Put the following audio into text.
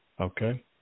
Okay